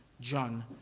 John